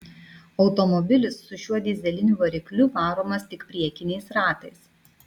automobilis su šiuo dyzeliniu varikliu varomas tik priekiniais ratais